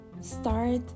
start